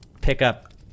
pickup